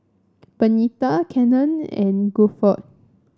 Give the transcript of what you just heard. Benita Cannon and Guilford